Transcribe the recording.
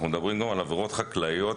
אנחנו מדברים גם על עבירות חקלאיות,